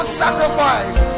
sacrifice